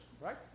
right